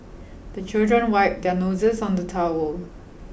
the children wipe their noses on the towel